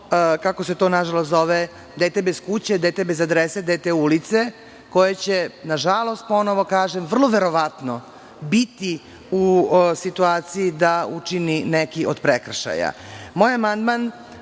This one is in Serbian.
kako se to nažalost zove, dete bez kuće, dete bez adrese, dete ulice koje će nažalost vrlo verovatno biti u situaciji da učini neki od prekršaja. Moj amandman